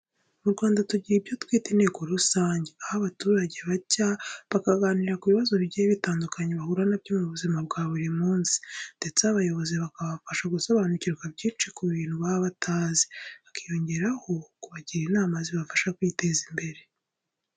Mu Rwanda tugira ibyo twita inteko rusange, aho abaturage bajya maze bakaganira ku bibazo bigiye bitandukanye bahura na byo muzima bwa buri munsi ndetse abayobozi bakabafasha gusobanukirwa byinshi ku bintu baba batazi, hakaniyongeraho kubagira inama zabafasha kwiteza imbere.